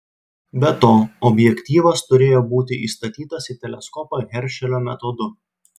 be to objektyvas turėjo būti įstatytas į teleskopą heršelio metodu